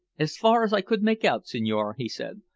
as far as i could make out, signore, he said,